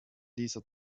dieser